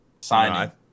signing